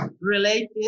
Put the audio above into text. related